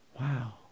Wow